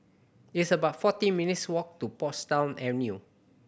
it's about fourteen minutes' walk to Portsdown Avenue